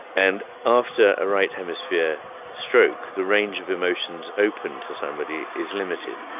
and after a right hemisphere stroke, the range of emotions open to somebody is limited.